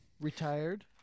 Retired